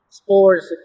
sports